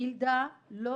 הגילדה לא